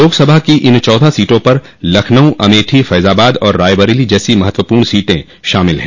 लोकसभा की इन चौदह सीटों पर लखनऊ अमेठी फैजाबाद और रायबरेली जैसी महत्वपूर्ण सीटें शामिल हैं